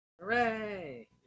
Hooray